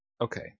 okay